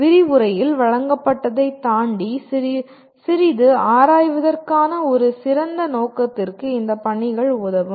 விரிவுரையில் வழங்கப்பட்டதைத் தாண்டி சிறிது ஆராய்வதற்கான ஒரு சிறந்த நோக்கத்திற்கு இந்த பணிகள் உதவும்